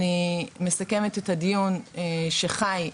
אני מסכמת את הדיון שחי,